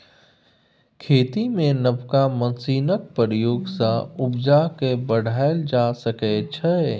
खेती मे नबका मशीनक प्रयोग सँ उपजा केँ बढ़ाएल जा सकै छै